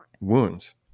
wounds